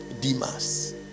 Demas